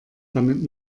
damit